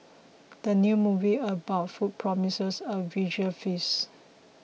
the new movie about food promises a visual feast